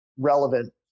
relevant